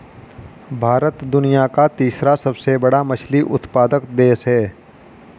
भारत दुनिया का तीसरा सबसे बड़ा मछली उत्पादक देश है